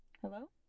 Hello